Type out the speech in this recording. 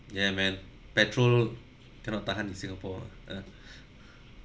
yeah man petrol cannot tahan in singapore ah uh